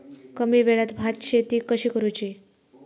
कमी वेळात भात शेती कशी करुची?